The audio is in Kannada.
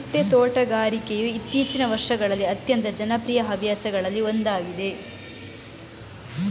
ಚಿಟ್ಟೆ ತೋಟಗಾರಿಕೆಯು ಇತ್ತೀಚಿಗಿನ ವರ್ಷಗಳಲ್ಲಿ ಅತ್ಯಂತ ಜನಪ್ರಿಯ ಹವ್ಯಾಸಗಳಲ್ಲಿ ಒಂದಾಗಿದೆ